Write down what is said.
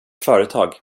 företag